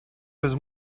was